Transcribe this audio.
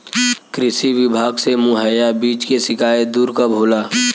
कृषि विभाग से मुहैया बीज के शिकायत दुर कब होला?